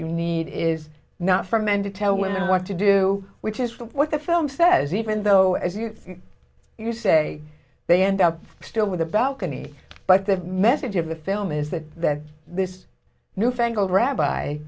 you need is not for men to tell women what to do which is what the film says even though as you say they end up still with the balcony but the message of the film is that this newfangled rabbi